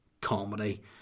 comedy